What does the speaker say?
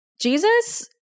Jesus